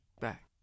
back